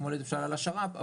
כמו למשל על השר"פ,